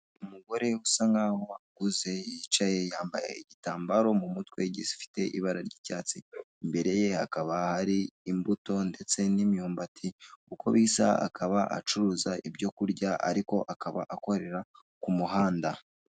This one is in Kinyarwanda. Umugore usa nkaho akuze yicaye, yambaye igitambaro mu mutwe gifite ibara ry'icyatsi. Imbere ye hakaba hari imbuto ndetse n'imyumbati uko bisa akaba acuruza ibyo kurya ariko akaba akorera ku muhanda.